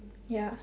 ya